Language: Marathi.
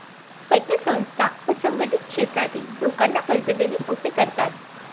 पतसंस्था असंघटित क्षेत्रातील लोकांना कर्ज देणे सोपे करतात